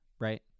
Right